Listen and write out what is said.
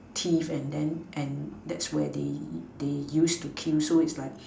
teeth and then and that's where they they use to kill so it's like